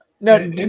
No